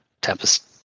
Tempest